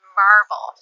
marvel